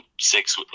six